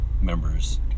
members